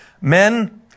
Men